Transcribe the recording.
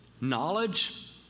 Knowledge